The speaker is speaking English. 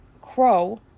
crow